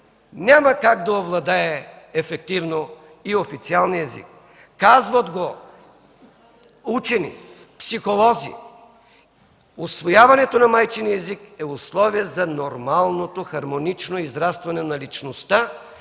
няма как да овладее ефективно и официалния език. Казват го учени, психолози – усвояването на майчиния език е условие за нормалното хармонично израстване на личността